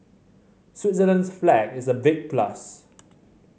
Switzerland's flag is a big plus